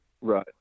right